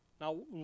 Now